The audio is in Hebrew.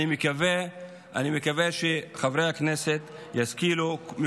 אני מקווה שחברי הכנסת ישכילו,